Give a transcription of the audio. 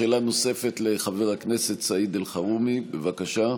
שאלה נוספת, לחבר הכנסת סעיד אלחרומי, בבקשה.